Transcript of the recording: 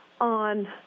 on